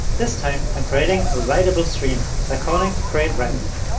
this time i'm creating a writable stream by calling createwritable.